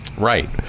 right